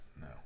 No